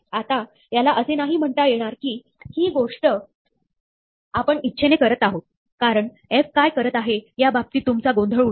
आता याला असे नाही म्हणता येणार की ही गोष्ट आपण इच्छेने करत आहोत कारण f काय करत आहे याबाबतीत तुमचा गोंधळ उडेल